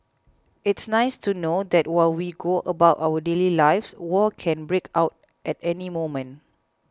it's nice to know that while we go about our daily lives war can break out at any moment